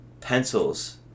pencils